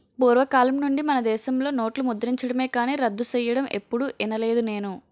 పూర్వకాలం నుండి మనదేశంలో నోట్లు ముద్రించడమే కానీ రద్దు సెయ్యడం ఎప్పుడూ ఇనలేదు నేను